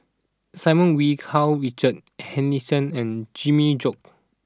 Simon Wee Karl Richard Hanitsch and Jimmy Chok